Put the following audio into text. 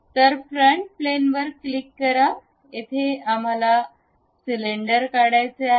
तर front plane वर click करा इथे आम्हाला सिलिंडर काढायचे आहे